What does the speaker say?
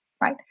right